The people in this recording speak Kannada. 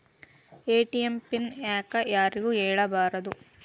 ಎ.ಟಿ.ಎಂ ಪಿನ್ ಯಾಕ್ ಯಾರಿಗೂ ಹೇಳಬಾರದು?